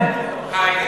לא נורא.